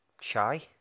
shy